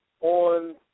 on